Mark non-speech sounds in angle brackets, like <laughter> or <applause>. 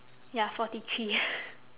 ya forty three <breath>